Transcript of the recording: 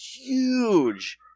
huge